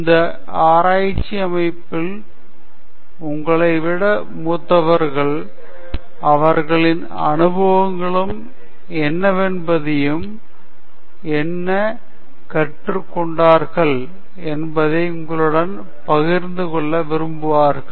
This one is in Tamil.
இந்த ஆராய்ச்சி அமைப்பில் உங்களை விட மூத்த மூத்தவர்கள் அவர்களின் அனுபவங்களும் என்னவென்பதையும் என்ன கற்றுக் கொண்டார்கள் என்பதையும் உங்களுடன் பகிர்ந்துகொள்ள விரும்புவார்கள்